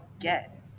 get